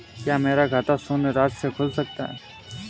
क्या मेरा खाता शून्य राशि से खुल सकता है?